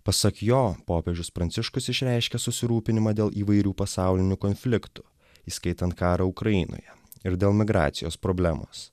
pasak jo popiežius pranciškus išreiškė susirūpinimą dėl įvairių pasaulinių konfliktų įskaitant karą ukrainoje ir dėl migracijos problemos